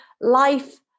life